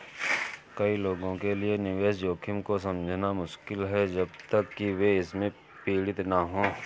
कई लोगों के लिए निवेश जोखिम को समझना मुश्किल है जब तक कि वे इससे पीड़ित न हों